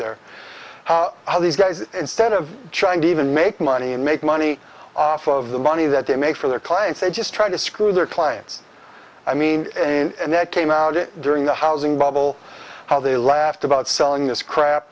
are these guys instead of trying to even make money and make money off of the money that they make for their clients they just try to screw their clients i mean in and that came out it during the housing bubble how they laughed about selling this crap